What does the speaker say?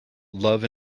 love